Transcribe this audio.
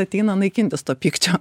ateina naikintis to pykčio